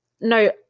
no